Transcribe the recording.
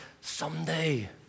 someday